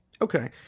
Okay